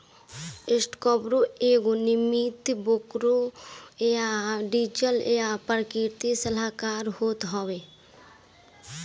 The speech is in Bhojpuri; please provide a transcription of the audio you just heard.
स्टॉकब्रोकर एगो नियमित ब्रोकर या डीलर या पंजीकृत सलाहकार होत हवे